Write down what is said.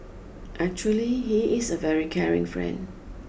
actually he is a very caring friend